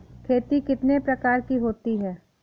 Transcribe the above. खेती कितने प्रकार की होती है?